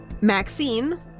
Maxine